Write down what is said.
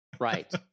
Right